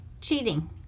cheating